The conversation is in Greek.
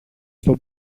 στο